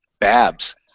Babs